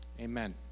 Amen